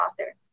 author